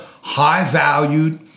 high-valued